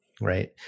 right